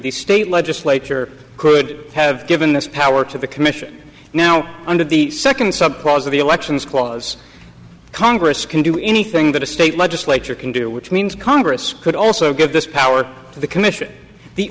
the state legislature could have given this power to the commission now under the second subclause of the elections clause congress can do anything that a state legislature can do which means congress could also get this power to the commission the